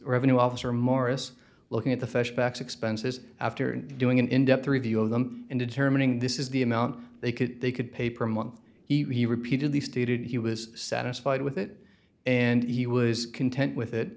revenue officer morris looking at the fish backs expenses after doing an in depth review of them and determining this is the amount they could they could pay per month he repeatedly stated he was satisfied with it and he was content with it